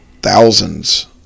thousands